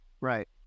right